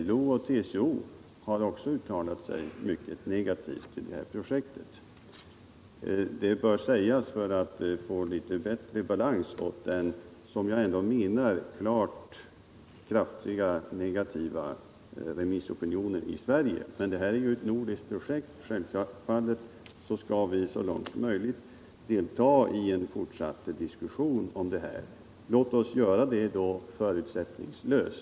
LO och TCO har också uttalat sig mycket negativt till detta projekt. Detta bör sägas för att bättre återge den klart negativa remissopinionen i Sverige. Men detta är ju ett nordiskt projekt, och självfallet skall vi så långt möjligt delta i en fortsatt diskussion om denna satellit. Låt oss då göra det förutsättningslöst.